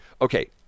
okay